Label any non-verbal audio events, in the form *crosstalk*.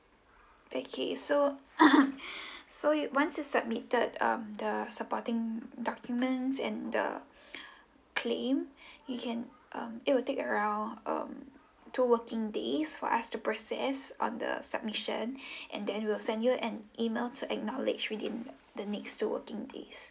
okay so *noise* *breath* so you once you submitted um the supporting documents and the *breath* claim you can um it will take around um two working days for us to process on the submission *breath* and then we'll send you an email to acknowledge within the the next two working days